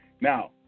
Now